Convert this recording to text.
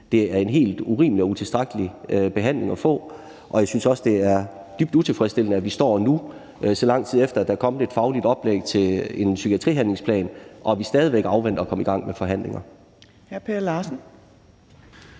det er en helt urimelig og utilstrækkelig behandling at få, og jeg synes også, det er dybt utilfredsstillende, at vi står nu, så lang tid efter at der er kommet et fagligt oplæg til en psykiatrihandlingsplan, og stadig væk afventer at komme i gang med de forhandlinger. Kl. 14:24